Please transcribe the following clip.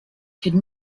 hidden